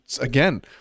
again